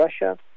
Russia